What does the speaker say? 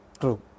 true